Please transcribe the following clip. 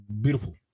beautiful